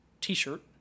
t-shirt